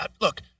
look